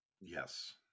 Yes